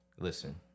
Listen